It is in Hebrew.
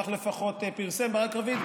כך לפחות פרסם ברק רביד,